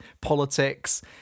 politics